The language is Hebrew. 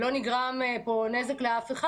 כך שלא נגרם פה נזק לאף אחד.